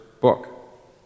book